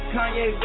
Kanye